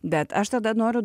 bet aš tada noriu